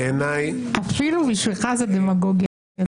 אפילו בשבילך זאת דמגוגיה זולה.